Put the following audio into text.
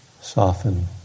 soften